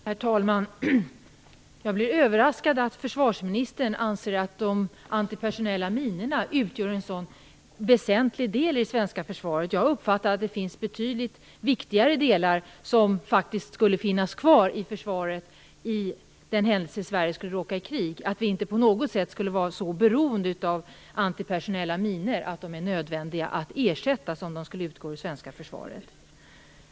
Herr talman! Jag blir överraskad av att försvarsministern anser att de antipersonella minorna utgör en sådan väsentlig del i det svenska försvaret. Jag har uppfattat att det finns betydligt viktigare delar, som faktiskt skulle finnas kvar i försvaret i den händelse Sverige skulle råka i krig, och att vi inte på något sätt skulle vara så beroende av antipersonella minor att de är nödvändiga att ersätta om de skulle utgå ur svenska försvaret.